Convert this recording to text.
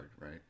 Right